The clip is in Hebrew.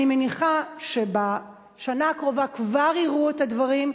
אני מניחה שבשנה הקרובה כבר יראו את הדברים,